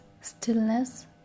stillness